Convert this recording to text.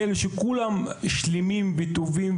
כאילו שכולם טובים,